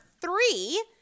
three